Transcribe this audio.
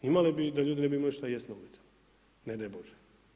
Imali bi da ljudi ne bi imali šta jesti na ulicama, ne daj Bože.